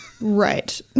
Right